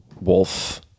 wolf